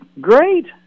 great